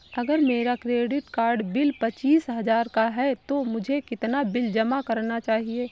अगर मेरा credit card bill पच्चीस हजार का है तो मुझे कितना बिल जमा करना चाहिए?